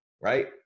right